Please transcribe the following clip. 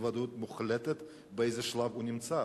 באי-ודאות מוחלטת באיזה שלב הוא נמצא.